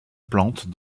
plantes